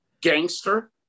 Gangster